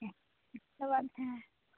হ্যাঁ ধন্যবাদ হ্যাঁ